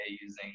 using